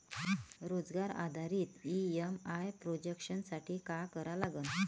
रोजगार आधारित EMI projection साठी का करा लागन?